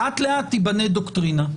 לאט-לאט תיבנה דוקטרינה.